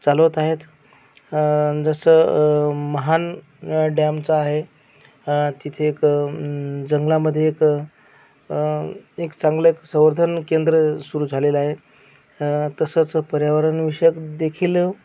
चालवत आहेत जसं महान न डॅमचं आहे तिथे एक जंगलामध्ये एक एक चांगलं संवर्धन केंद्र सुरु झालेलं आहे तसंच पर्यावरणविषयकदेखील